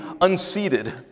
unseated